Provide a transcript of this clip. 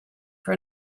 for